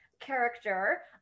character